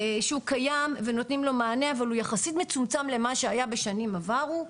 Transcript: שהוא קיים ונותנים לו מענה אבל הוא יחסית מצומצם למה שהיה בשנים עברו.